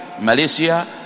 Malaysia